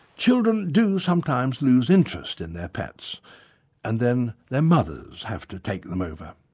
children do sometimes lose interest in their pets and then their mothers have to take them over.